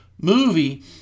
movie